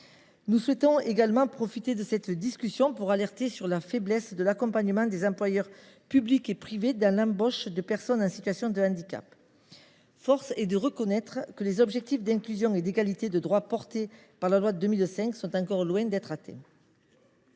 Nous souhaitons également profiter de cette discussion pour alerter sur la faiblesse de l’accompagnement des employeurs publics et privés dans l’embauche de personnes en situation de handicap. Force est de reconnaître que les objectifs d’inclusion et d’égalité des droits portés par la loi de 2005 sont encore loin d’être atteints.